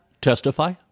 testify